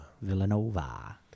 Villanova